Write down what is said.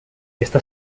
está